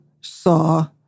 saw